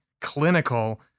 clinical